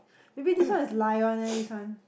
maybe this one is lie one eh this one